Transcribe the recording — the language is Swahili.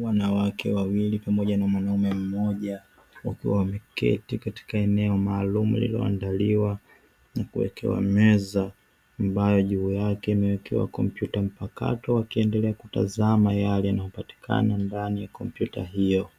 wanawake wawili pamoja na mwanaume mmoja), wakiwa wameketi katika eneo maalumu lililoandaliwa na kuwekewa meza ambayo juu yake imewekewa kompyuta mpakato; wakiendelea kutazama yale yanayopatikana ndani ya kompyuta hiyo.